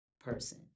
person